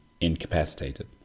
incapacitated